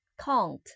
Count